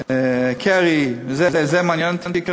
אותי, קרי, זה מעניין אותי כרגע?